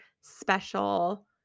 special